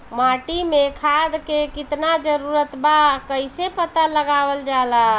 माटी मे खाद के कितना जरूरत बा कइसे पता लगावल जाला?